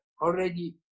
already